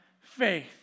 faith